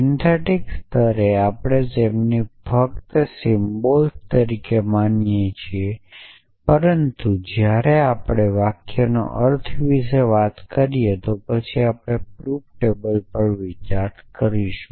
synthetic સ્તરે આપણે તેમને ફક્ત સિમ્બલ્સ તરીકે માનીએ છીએ પરંતુ જ્યારે આપણે વાક્યોના અર્થ વિશે વાત કરીએ તો પછી આપણે પ્રૂફ ટેબલ પર વિચાર કરીશું